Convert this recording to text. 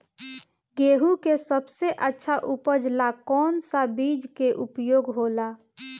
गेहूँ के सबसे अच्छा उपज ला कौन सा बिज के उपयोग होला?